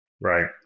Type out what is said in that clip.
Right